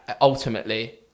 Ultimately